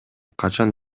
качан